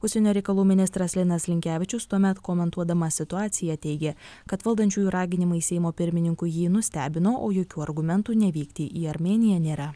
užsienio reikalų ministras linas linkevičius tuomet komentuodamas situaciją teigė kad valdančiųjų raginimai seimo pirmininkui jį nustebino o jokių argumentų nevykti į armėniją nėra